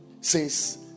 says